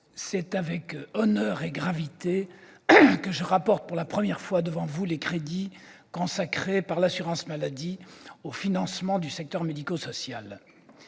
c'est avec honneur et gravité que je rapporte pour la première fois devant vous les crédits consacrés par l'assurance maladie au financement du secteur médico-social.